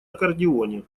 аккордеоне